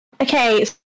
Okay